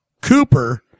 cooper